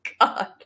God